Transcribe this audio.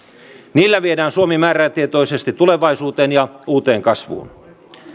niillä viedään suomi määrätietoisesti tulevaisuuteen ja uuteen kasvuun